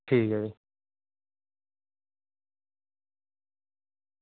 ठीक ऐ भी